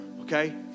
okay